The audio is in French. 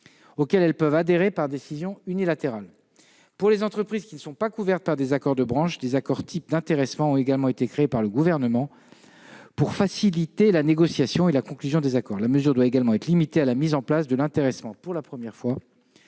auxquels elles peuvent adhérer par décision unilatérale. Pour les entreprises qui ne sont pas couvertes par des accords de branche, des accords types d'intéressement ont également été créés par le Gouvernement, afin de faciliter la négociation et la conclusion des accords. La mesure doit également être limitée à la mise en place de l'intéressement pour la première fois,